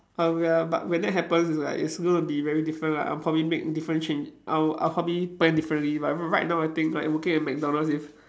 ah we ya but when that happens it's like it's gonna be very different right I'll probably make different change I'll I'll probably plan differently but r~ right now I think like working at McDonald's is